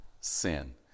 sin